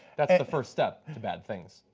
that's the first step to bad things.